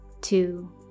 two